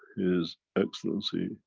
his excellency,